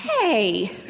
Hey